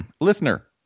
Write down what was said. Listener